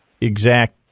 exact